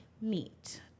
meet